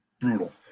brutal